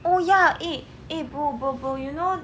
oh ya eh eh bro bro bro you know